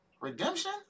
Redemption